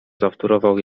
zawtórował